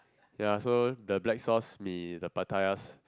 ya so the black sauce mee the pattaya s~